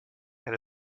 and